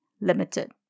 limited